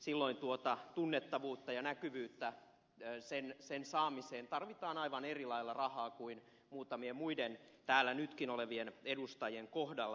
silloin tunnettavuuden ja näkyvyyden saamiseen tarvitaan aivan eri lailla rahaa kuin muutamien muiden täällä nytkin olevien edustajien kohdalla